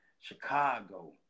chicago